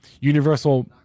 universal